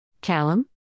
Callum